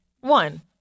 One